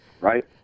Right